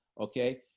Okay